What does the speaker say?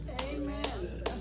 Amen